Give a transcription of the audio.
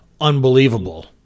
unbelievable